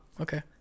Okay